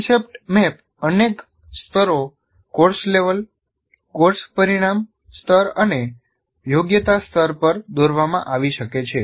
concept map અનેક સ્તરો course level course પરિણામ સ્તર અને યોગ્યતા સ્તર પર દોરવામાં આવી શકે છે